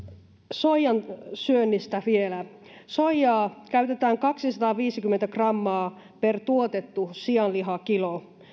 soijan syönnistä vielä soijaa käytetään kaksisataaviisikymmentä grammaa per tuotettu sianlihakilo